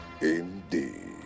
Indeed